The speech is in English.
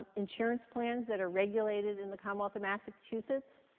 insurance plans that are regulated in the commonwealth of massachusetts,